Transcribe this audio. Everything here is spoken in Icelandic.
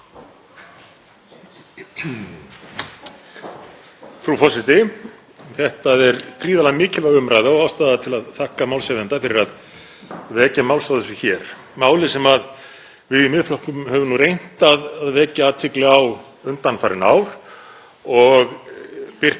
vekja máls á þessu hér, máli sem við í Miðflokknum höfum reynt að vekja athygli á undanfarin ár og birtist skýrt í heildarstefnu okkar í landbúnaðarmálum, mikilvægi fæðuöryggis og lausnirnar á því hvernig megi tryggja það.